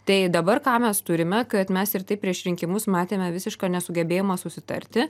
tai dabar ką mes turime kad mes ir taip prieš rinkimus matėme visišką nesugebėjimą susitarti